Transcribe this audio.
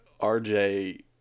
RJ